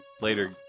Later